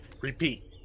repeat